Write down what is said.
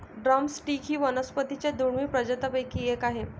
drum stick ही वनस्पतीं च्या दुर्मिळ प्रजातींपैकी एक आहे